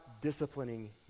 disciplining